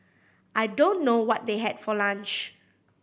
I don't know what they had for lunch